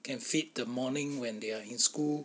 can feed the morning when they are in school